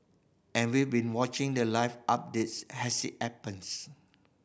and we were watching the live updates as it happens